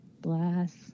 bless